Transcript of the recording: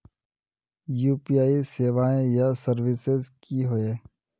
UPI सेवाएँ या services की होय?